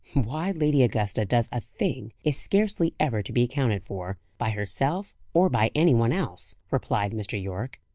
why lady augusta does a thing, is scarcely ever to be accounted for, by herself or by any one else! replied mr. yorke.